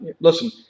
Listen